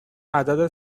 عدد